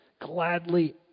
gladly